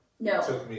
No